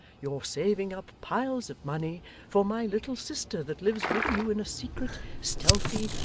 you're saving up piles of money for my little sister that lives with you in a secret, stealthy,